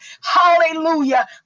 hallelujah